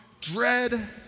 dread